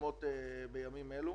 ומתעצמות בימים אלה.